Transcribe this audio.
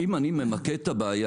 אם אני ממקד את הבעיה,